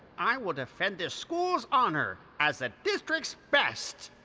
i will defend this school's honor. as the district's best!